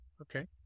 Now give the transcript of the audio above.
Okay